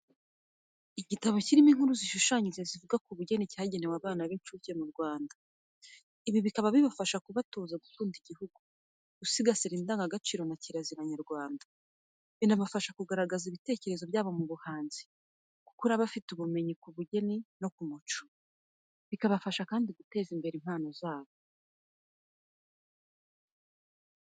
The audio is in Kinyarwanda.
Igitabo kirimo inkuru zishushanyije zivuga ku bugeni cyagenewe abana b'incuke mu Rwanda. Ibi bikaba bifasha kubatoza gukunda igihugu, gusigasira indangagaciro na kirazira nyarwanda. Binabafasha kugaragaza ibitekerezo byabo mu buhanzi, gukura bafite ubumenyi ku bugeni no ku muco bikabafasha kandi guteza imbere impano zabo.